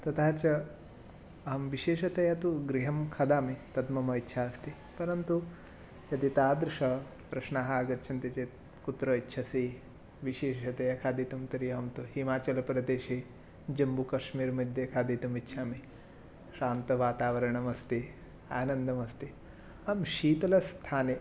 तथा च अहं विशेषया तु गृहे खादामि तद् मम इच्छा अस्ति परन्तु यदि तादृश प्रश्नाः आगच्छन्ति चेत् कुत्र इच्छसि विशेषतया खादितुं तर्हि अहं तु हिमाचलप्रदेशे जम्बुकश्मीर्मध्ये खादितुम् इच्छामि शान्तवातावरणमस्ति आनन्दमस्ति अहं शीतलस्थाने